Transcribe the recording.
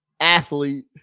athlete